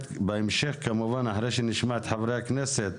בהמשך, כמובן, אחרי שנשמע את חברי הכנסת,